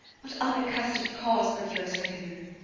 what unaccustom'd cause procures her hither?